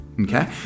Okay